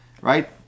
right